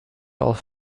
aus